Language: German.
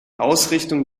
ausrichtung